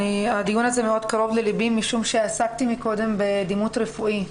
הדיון הזה מאוד קרוב לליבי משום שעסקתי מקודם בדימות רפואי.